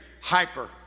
hyper